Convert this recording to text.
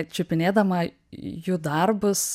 čiupinėdama jų darbus